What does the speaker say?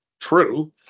true